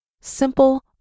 Simple